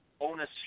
Onus